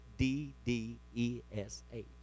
D-D-E-S-H